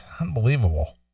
unbelievable